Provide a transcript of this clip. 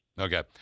Okay